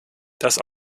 das